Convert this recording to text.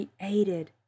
created